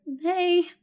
hey